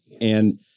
And-